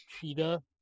cheetah